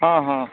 ହଁ ହଁ